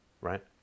right